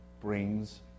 brings